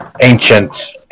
ancient